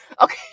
okay